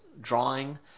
drawing